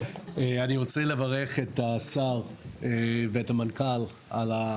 אני רוצה לברך את השר ואת המנכ"ל על,